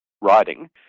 writing